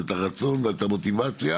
את הרצון ואת המוטיבציה,